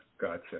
gotcha